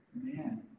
man